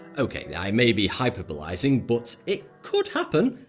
okay i may be hyperbolising, but it could happen.